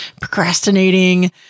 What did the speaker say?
procrastinating